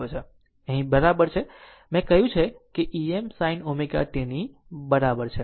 તેથી E બરાબર છે હવે મેં કહ્યું કે E બરાબર Em sin ω t બરાબર છે